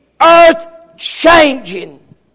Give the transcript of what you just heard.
earth-changing